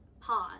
pause